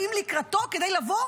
באים לקראתו כדי לבוא,